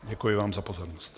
Děkuji vám za pozornost.